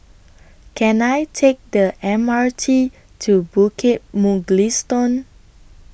Can I Take The M R T to Bukit Mugliston